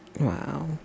Wow